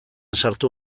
sartu